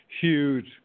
huge